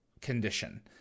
condition